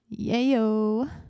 yayo